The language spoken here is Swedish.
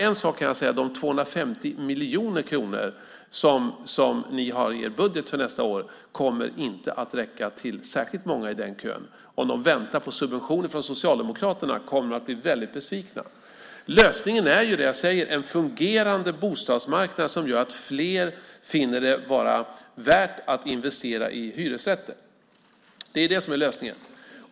En sak kan jag säga: De 250 miljoner kronor som ni har i er budget för nästa år kommer inte att räcka till särskilt många i den kön. Om de väntar på subventioner från Socialdemokraterna kommer de att bli väldigt besvikna. Lösningen är, som jag säger, en fungerande bostadsmarknad som gör att fler finner det vara värt att investera i hyresrätter. Det är det som är lösningen.